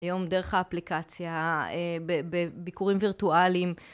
היום דרך האפליקציה בביקורים וירטואליים.